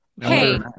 Hey